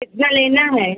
कितना लेना है